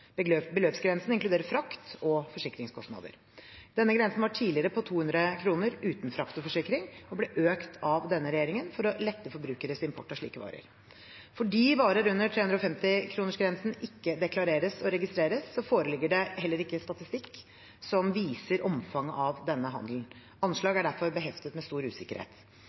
Beløpsgrensen inkluderer frakt- og forsikringskostnader. Grensen var tidligere på 200 kr, uten frakt og forsikring, og ble økt av denne regjeringen for å lette forbrukeres import av slike varer. Fordi varer under 350-kronersgrensen ikke deklareres og registreres, foreligger det ikke statistikk som viser omfanget av denne handelen. Anslag er derfor beheftet med stor usikkerhet.